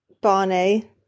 Barney